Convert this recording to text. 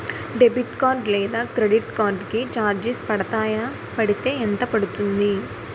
Debit card లేదా credit card కి charges పడతాయా? పడితే ఎంత పడుతుంది?